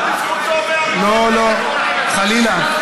רק בזכותו בית החולים, לא, לא, חלילה.